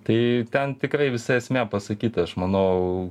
tai ten tikrai visa esmė pasakyta aš manau